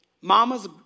Mamas